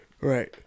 right